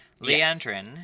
Leandrin